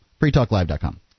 freetalklive.com